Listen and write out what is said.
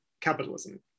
capitalism